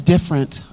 different